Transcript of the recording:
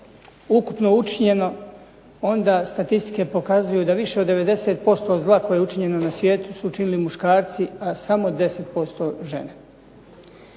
ukupno učinjeno, onda statistike pokazuju da više od 90% zla koje je učinjeno u svijetu su učinili muškarci, a samo 10% žene.